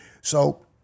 So-